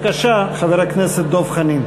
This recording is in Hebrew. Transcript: אדוני היושב-ראש,